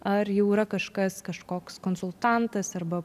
ar jau yrakažkas kažkoks konsultantas arba